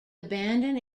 abandon